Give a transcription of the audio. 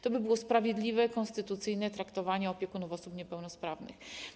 To byłoby sprawiedliwe, konstytucyjne traktowanie opiekunów osób niepełnosprawnych.